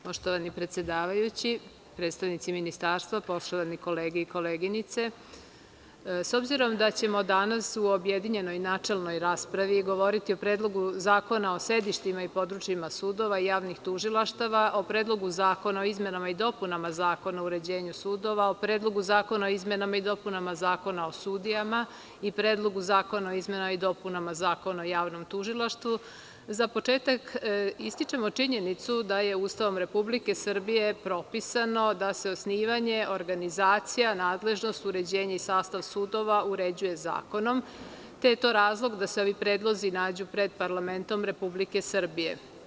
Poštovani predsedavajući, predstavnici Ministarstva, poštovane kolege i koleginice, s obzirom da ćemo danas u objedinjenoj načelnoj raspravi govoriti o Predlogu zakona o sedištima i područjima sudova, javnih tužilaštava, o Predlogu zakona o izmenama i dopunama Zakona o uređenju sudova, o Predlogu zakona o izmenama i dopunama Zakona o sudijama i Predlogu zakona o izmenama i dopunama Zakona o javnom tužilaštvu, za početak ističemo činjenicu da je Ustavom Republike Srbije propisano da se osnivanje, organizacija, nadležnost, uređenje i sastav sudova uređuje zakonom, te je to razlog da se ovi predlozi nađu pred parlamentom Republike Srbije.